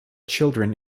children